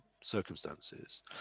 circumstances